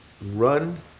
run